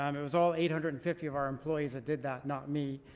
um it was all eight hundred and fifty of our employees that did that, not me.